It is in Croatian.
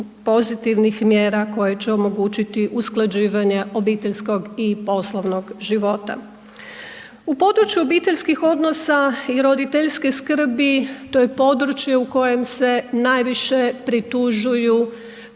pozitivnih mjera koje će omogućiti usklađivanje obiteljskog i poslovnog života. U području obiteljskih odnosa i roditeljske skrbi, to je područje u kojem se najviše pritužuju